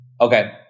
Okay